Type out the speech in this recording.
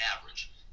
average